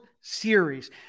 series